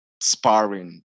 sparring